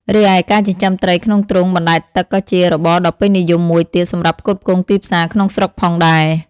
រីឯ ការចិញ្ចឹមត្រីក្នុងទ្រុងបណ្ដែតទឹកក៏ជារបរដ៏ពេញនិយមមួយទៀតសម្រាប់ផ្គត់ផ្គង់ទីផ្សារក្នុងស្រុកផងដែរ។